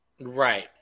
Right